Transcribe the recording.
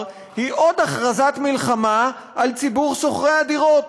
היא עוד הכרזת מלחמה על ציבור שוכרי הדירות,